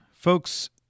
Folks